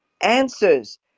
answers